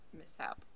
mishap